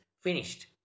Finished